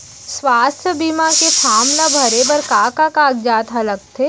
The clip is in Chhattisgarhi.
स्वास्थ्य बीमा के फॉर्म ल भरे बर का का कागजात ह लगथे?